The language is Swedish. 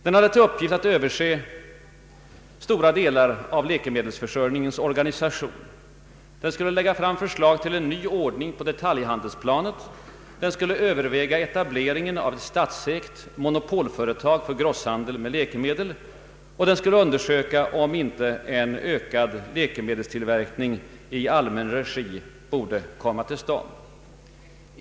Den hade till uppgift att överse stora delar av läkemedelsförsörjningens organisation. Den skulle lägga fram förslag till en ny ordning på detaljhandelsplanet. Den skulle överväga etableringen av ett statsägt monopolföretag för grosshandel med läkemedel. Den skulle undersöka om inte en ökad läkemedelstillverkning i allmän regi borde komma till stånd.